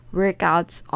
workouts